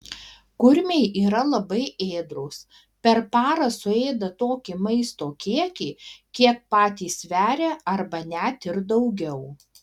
kurmiai yra labai ėdrūs per parą suėda tokį maisto kiekį kiek patys sveria arba net ir daugiau